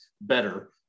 better